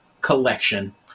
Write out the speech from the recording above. collection